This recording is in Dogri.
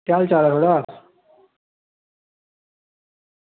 केह् हाल चाल थुआढ़ा